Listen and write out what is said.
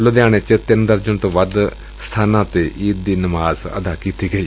ਲੁਧਿਆਣੇ ਚ ਤਿੰਨ ਦਰਜਨ ਤੋਂ ਵੱਧ ਸਬਾਨਾਂ ਤੇ ਈਦ ਦੀ ਨਮਾਜ਼ ਅਦਾ ਕੀਤੀ ਗਈ